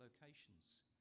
locations